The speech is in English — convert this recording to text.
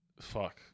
Fuck